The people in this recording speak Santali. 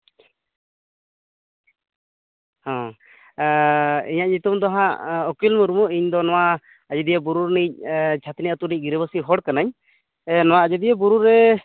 ᱤᱧᱟᱹᱜ ᱧᱩᱛᱩᱢ ᱫᱚ ᱦᱟᱸᱜ ᱩᱠᱤᱞ ᱢᱩᱨᱢᱩ ᱤᱧ ᱫᱚ ᱱᱚᱣᱟ ᱟᱡᱚᱫᱤᱭᱟᱹ ᱵᱩᱨᱩ ᱨᱤᱱᱤᱡ ᱪᱷᱟ ᱛᱱᱤ ᱟᱛᱳ ᱨᱤᱱᱤᱡ ᱜᱤᱨᱟᱹᱵᱟᱹᱥᱤ ᱦᱚᱲ ᱠᱟᱹᱱᱟᱹᱧ ᱱᱚᱣᱟ ᱟᱡᱚᱫᱤᱭᱟᱹ ᱵᱩᱨᱩ ᱨᱮ